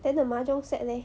then the mahjong set leh